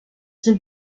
sind